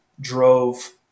drove